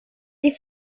fire